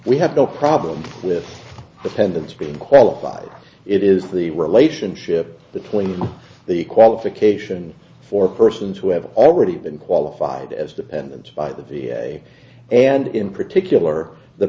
we have no problem with dependents being qualified it is the relationship between the qualification for persons who have already been qualified as dependent by the v a and in particular the